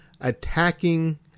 attacking